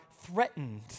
threatened